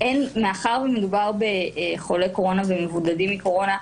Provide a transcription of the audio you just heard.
מאחר שמדובר בחולי קורונה ובמבודדים מקורונה,